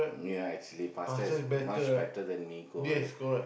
ya actually pasta is much better that mee-goreng